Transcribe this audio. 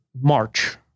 March